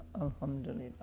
alhamdulillah